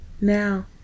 Now